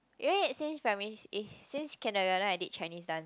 eh wait since primary is since kindergarten I did Chinese dance